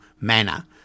manner